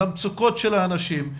למצוקות של האנשים,